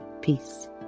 Peace